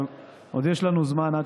אבל עוד יש לנו זמן עד